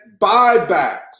buybacks